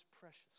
precious